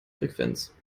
frequenz